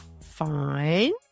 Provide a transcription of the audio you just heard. Fine